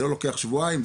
זה לא לוקח שבועיים,